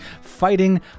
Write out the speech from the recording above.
fighting